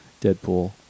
Deadpool